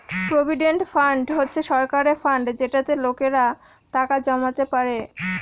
provident fund হচ্ছে সরকারের fund যেটাতে লোকেরা টাকা জমাতে পারে